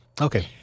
Okay